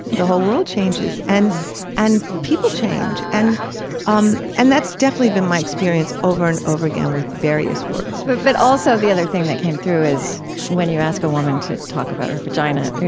the whole world changes and and people change. and um and that's definitely been my experience over and over again with various words but also the other thing that came through is when you ask a woman to talk about her vagina,